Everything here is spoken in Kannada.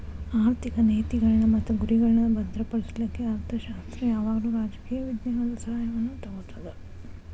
ಆರ್ಥಿಕ ನೇತಿಗಳ್ನ್ ಮತ್ತು ಗುರಿಗಳ್ನಾ ಭದ್ರಪಡಿಸ್ಲಿಕ್ಕೆ ಅರ್ಥಶಾಸ್ತ್ರ ಯಾವಾಗಲೂ ರಾಜಕೇಯ ವಿಜ್ಞಾನದ ಸಹಾಯವನ್ನು ತಗೊತದ